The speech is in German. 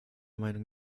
meinung